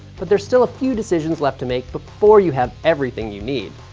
but there's still a few decisions left to make before you have everything you need.